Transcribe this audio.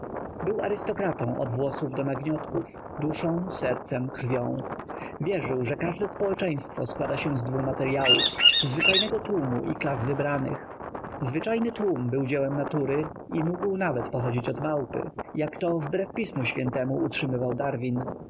był arystokratą od włosów do nagniotków duszą sercem krwią wierzył że każde społeczeństwo składa się z dwu materyałów zwyczajnego tłumu i klas wybranych zwyczajny tłum był dziełem natury i mógł nawet pochodzić od małpy jak to wbrew pismu świętemu utrzymywał darwin